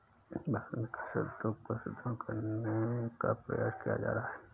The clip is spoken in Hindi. भारत में कृषि उद्योग को सुदृढ़ करने का प्रयास किया जा रहा है